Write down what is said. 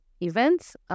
events